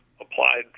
applied